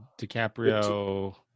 DiCaprio